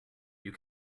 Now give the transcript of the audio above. you